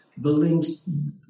buildings